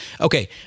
Okay